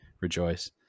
rejoice